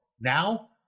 now